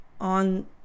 on